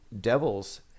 devil's